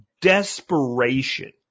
desperation